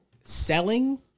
selling